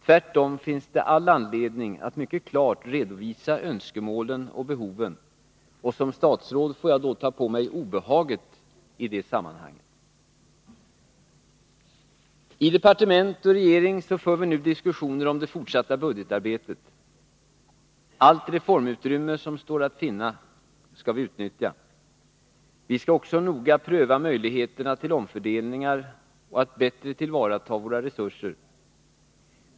Tvärtom finns det anledning att mycket klart redovisa önskemålen och behoven, och som statsråd får jag ta på mig obehaget i det sammanhanget. I departement och regering för vi nu diskussioner om det fortsatta budgetarbetet. Allt reformutrymme som står att finna skall utnyttjas. Vi skall också noga pröva möjligheterna till omfördelningar och att bättre tillvarata våra resurser.